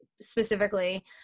specifically